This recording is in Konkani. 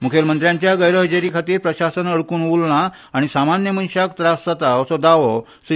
मूखेलमंत्र्यांच्या गैरहजेरेखातीर प्रशासन अडकून उरल्ला आनी सामान्य मनशाक त्रास जाता असो दावो श्री